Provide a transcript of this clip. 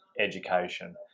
education